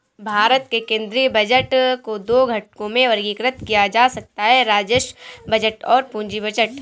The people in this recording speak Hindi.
भारत के केंद्रीय बजट को दो घटकों में वर्गीकृत किया जा सकता है राजस्व बजट और पूंजी बजट